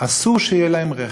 אסור שיהיה להם רכב,